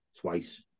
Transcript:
twice